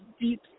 deep